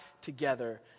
together